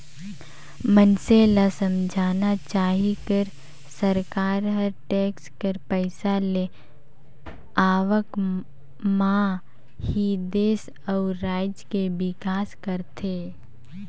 मइनसे ल समझना चाही कर सरकार हर टेक्स कर पइसा के आवक म ही देस अउ राज के बिकास करथे